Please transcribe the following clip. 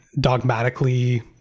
dogmatically